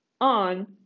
on